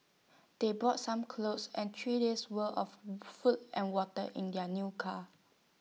they brought some clothes and three days' worth of food and water in their new car